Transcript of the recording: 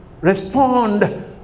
Respond